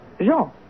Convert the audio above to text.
Jean